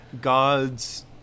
God's